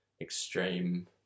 extreme